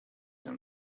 than